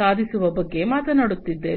ಸಾಧಿಸುವ ಬಗ್ಗೆ ಮಾತನಾಡುತ್ತಿದ್ದೇವೆ